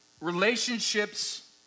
relationships